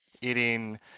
eating